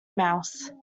mouse